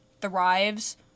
Thrives